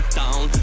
down